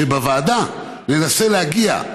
שבוועדה ננסה להגיע,